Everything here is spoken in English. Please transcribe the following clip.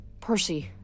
Percy